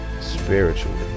Spiritually